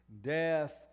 death